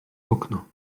okno